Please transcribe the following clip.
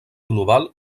global